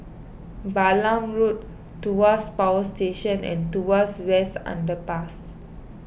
Balam Road Tuas Power Station and Tuas West Underpass